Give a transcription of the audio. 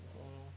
that's all lor